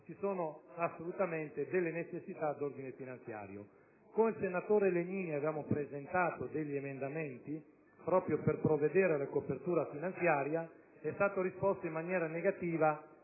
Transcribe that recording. comportano assolutamente necessità di ordine finanziario. Con il senatore Legnini avevamo presentato degli emendamenti proprio per provvedere alla copertura finanziaria; ci è stato risposto in maniera negativa